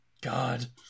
god